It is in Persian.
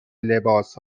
لباس